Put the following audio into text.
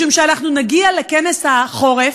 משום שאנחנו נגיע לכנס החורף,